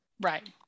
Right